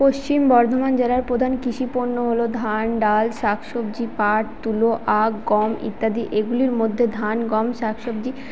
পশ্চিম বর্ধমান জেলার প্রধান কৃষি পণ্য হল ধান ডাল শাক সবজি পাঠ তুলো আখ গম ইত্যাদি এগুলির মধ্যে ধান গম শাক সবজি